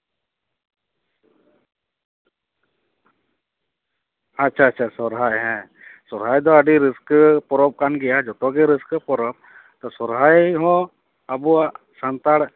ᱟᱪᱪᱷᱟ ᱟᱪᱪᱷᱟ ᱥᱚᱨᱦᱟᱭ ᱦᱮᱸ ᱥᱚᱨᱦᱟᱭ ᱫᱚ ᱟᱹᱰᱤ ᱨᱟᱹᱥᱠᱟᱹ ᱯᱚᱨᱚᱵᱽ ᱠᱟᱱ ᱜᱮᱭᱟ ᱡᱚᱛᱚᱜᱮ ᱟᱹᱰᱤ ᱨᱟᱹᱥᱠᱟᱹ ᱯᱚᱨᱚᱵᱽ ᱟᱫᱚ ᱥᱚᱨᱦᱟᱭ ᱦᱚᱸ ᱟᱵᱚᱣᱟᱜ ᱥᱟᱱᱛᱟᱲ ᱥᱚᱢᱟᱡᱽ ᱨᱮᱫᱚ